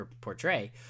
portray